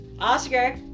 Oscar